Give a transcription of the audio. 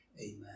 Amen